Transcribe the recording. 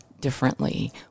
differently